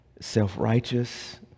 self-righteous